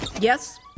Yes